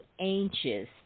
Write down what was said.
anxious